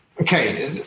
Okay